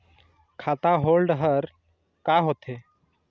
खाता होल्ड हर का होथे?